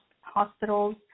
hospitals